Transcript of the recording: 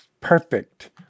perfect